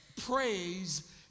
praise